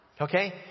Okay